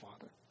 Father